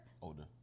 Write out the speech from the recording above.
Older